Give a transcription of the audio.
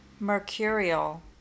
mercurial